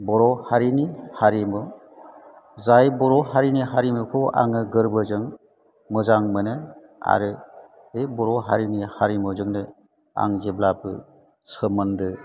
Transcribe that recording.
बर' हारिनि हारिमु जाय बर' हारिनि हारिमुखौ आङो गोरबोजों मोजां मोनो आरो बे बर' हारिनि हारिमुजोंनो आं जेब्लाबो सोमोन्दो